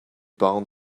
parent